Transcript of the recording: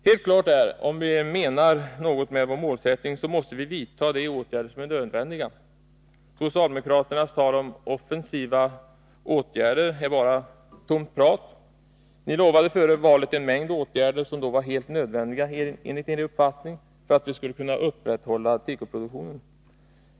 Helt klart är att om vi menar något med vår målsättning måste vi vidta de åtgärder som är nödvändiga. Socialdemokraternas tal om offensiva åtgärder är bara tomt prat. Ni lovade före valet en mängd åtgärder som enligt er uppfattning var helt nödvändiga för att vi skulle kunna upprätthålla tekoproduktionen.